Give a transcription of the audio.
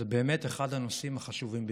זה באמת אחד הנושאים החשובים ביותר.